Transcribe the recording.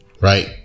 right